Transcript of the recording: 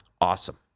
Awesome